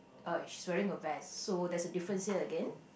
Uh she's wearing a vest so there's a difference here again